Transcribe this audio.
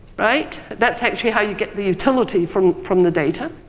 right? that's actually how you get the utility from from the data.